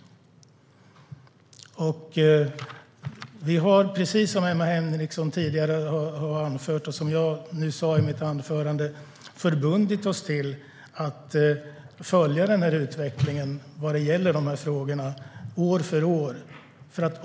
Vi har, precis som Emma Henriksson tidigare har anfört och jag nyss sa i mitt anförande, förbundit oss att följa utvecklingen vad gäller de här frågorna år för år.